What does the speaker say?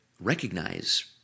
recognize